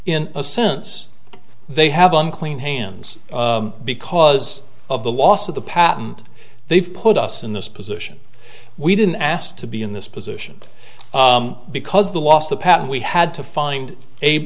in a sense they have unclean hands because of the loss of the patent they've put us in this position we didn't ask to be in this position because the last the patent we had to find a